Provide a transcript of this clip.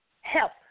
Help